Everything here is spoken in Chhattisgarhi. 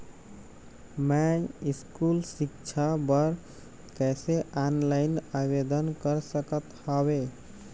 मैं स्कूल सिक्छा बर कैसे ऑनलाइन आवेदन कर सकत हावे?